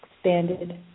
expanded